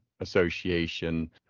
association